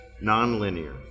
Non-linear